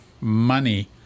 money